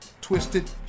twisted